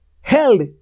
held